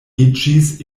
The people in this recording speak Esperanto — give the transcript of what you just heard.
iĝis